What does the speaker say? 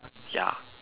ya